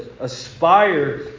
aspire